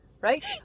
Right